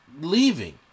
leaving